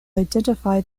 identify